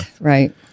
right